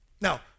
Now